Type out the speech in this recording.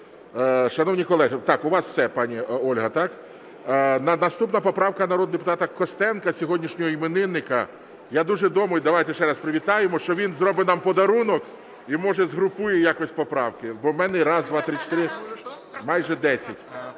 Шановні колеги! Так, у вас все, пані Ольга, так? Наступна поправка народного депутата Костенка, сьогоднішнього іменинника. Я дуже думаю, давайте ще раз привітаємо, що він зробить нам подарунок і, може, згрупує якось поправки. Бо в мене їх майже 10.